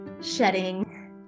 shedding